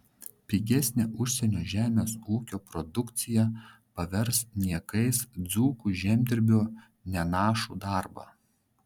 pigesnė užsienio žemės ūkio produkcija pavers niekais dzūko žemdirbio nenašų darbą